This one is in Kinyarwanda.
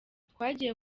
twagiye